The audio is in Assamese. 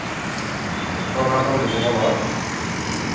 উত্তৰ ভাৰতৰ লোকসকলৰ